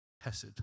Hesed